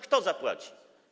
Kto zapłaci?